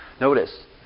Notice